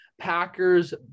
Packers